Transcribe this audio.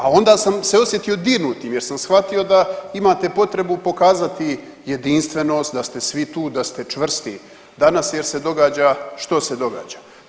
A onda sam se osjetio dirnutim jer sam shvatio da imate potrebu pokazati jedinstvenost, da ste svi tu, da ste čvrsti danas jer se događa što se događa.